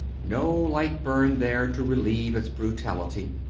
no light burned there to relieve its brutality.